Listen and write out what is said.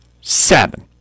Seven